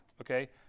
okay